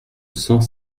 cent